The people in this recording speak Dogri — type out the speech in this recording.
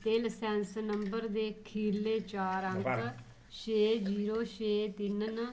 ते लसैंस नंबर दे खीरले चार अंक छे जीरो छे तिन्न न